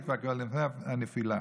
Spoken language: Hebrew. זה כבר לפני הנפילה.